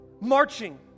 marching